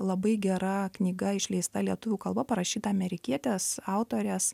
labai gera knyga išleista lietuvių kalba parašyta amerikietės autorės